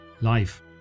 life